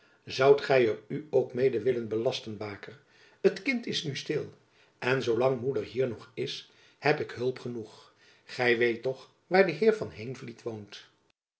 zoudt gy er u ook mede willen belasten baker het kind is nu stil en zoolang moeder hier nog is heb ik hulp genoeg gy weet toch waar de heer van heenvliet woont